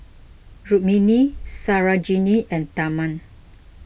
Rukmini Sarojini and Tharman